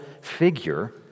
figure